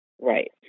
Right